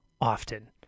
often